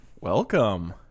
welcome